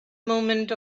moment